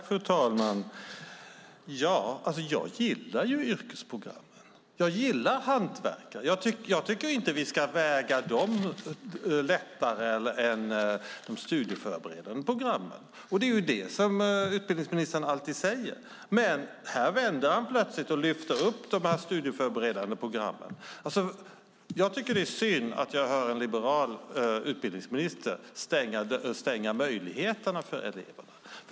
Fru talman! Jag gillar yrkesprogrammen och hantverkare. Jag tycker inte att vi ska väga dem lättare än de studieförberedande programmen. Det är vad utbildningsministern alltid säger. Men här vänder han plötsligt och lyfter upp de studieförberedande programmen. Jag tycker att det är synd att en liberal utbildningsminister stänger möjligheterna för eleverna.